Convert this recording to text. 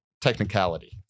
technicality